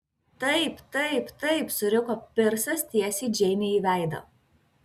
taip taip taip suriko pirsas tiesiai džeinei į veidą